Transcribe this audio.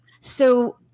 So-